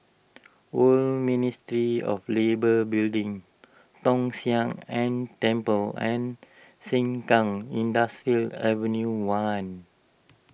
Old Ministry of Labour Building Tong Sian Eng Temple and Sengkang Industrial Ave one